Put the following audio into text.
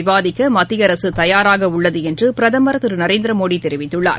விவாதிக்கமத்திய அரசுதயாராகஉள்ளதுஎன்றுபிரதமர் திருநரேந்திரமோடி தெரிவித்துள்ளார்